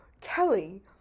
kelly